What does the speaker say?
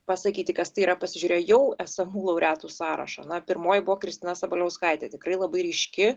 pasakyti kas tai yra pasižiūrėję jau esamų laureatų sąrašą na pirmoji buvo kristina sabaliauskaitė tikrai labai ryški